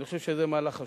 אני חושב שזה מהלך חשוב.